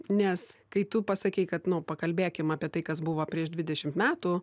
nes kai tu pasakei kad nu pakalbėkim apie tai kas buvo prieš dvidešimt metų